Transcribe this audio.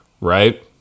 right